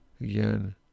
again